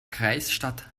kreisstadt